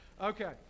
Okay